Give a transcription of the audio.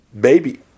baby